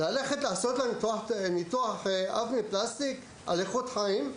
ללכת ולעשות לה ניתוח אף מפלסטיק, על איכות חיים?